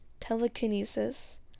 telekinesis